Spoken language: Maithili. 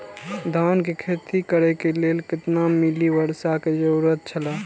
धान के खेती करे के लेल कितना मिली वर्षा के जरूरत छला?